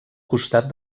costat